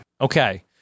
Okay